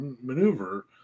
maneuver